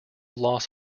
loss